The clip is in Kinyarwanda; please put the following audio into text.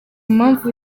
mpamvu